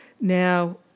Now